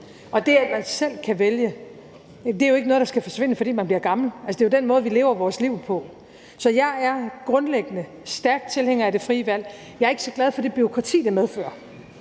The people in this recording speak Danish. Det, at man selv kan vælge, er jo ikke noget, der skal forsvinde, fordi man bliver gammel, altså, det er jo den måde, vi lever vores liv på. Så jeg er grundlæggende stærk tilhænger af det frie valg. Jeg er ikke så glad for det bureaukrati, det medfører,